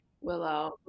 Willow